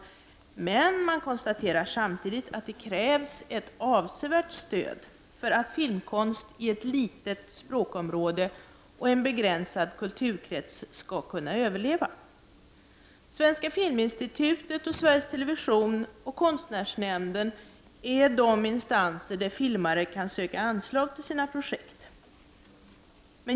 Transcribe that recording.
Men man konstaterar samtidigt att det krävs ett avsevärt stöd för att filmkonst i litet språkområde och i en begränsad kulturkrets skall kunna överleva. Svenska filminstitutet, Sveriges Television och konstnärsnämnden är de instanser där filmare kan söka anslag till sina projekt.